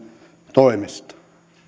toimesta